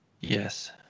Yes